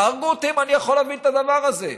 תהרגו אותי אם אני יכול להבין את הדבר הזה.